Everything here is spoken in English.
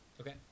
Okay